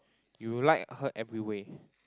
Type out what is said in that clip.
you like her every way